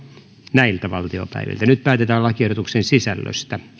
nyt päätetään lakiehdotuksen sisällöstä